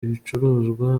ibicuruzwa